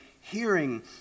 hearing